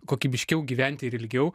kokybiškiau gyventi ir ilgiau